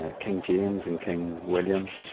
ah king james and king william,